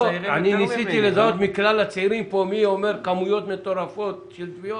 ניסיתי לזהות מכלל הצעירים פה מי אומר כמויות מטורפות של תביעות,